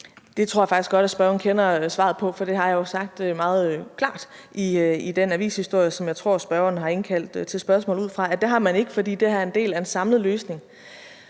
Det tror jeg faktisk godt at spørgeren kender svaret på, for det har jeg jo sagt meget klart i den avishistorie, som jeg tror spørgeren har indkaldt til spørgsmålet ud fra. Det har man ikke, fordi det her er en del af en samlet løsning,